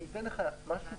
אני רוצה להגיד עוד משהו קטן.